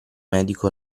medico